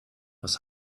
was